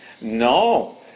No